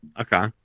Okay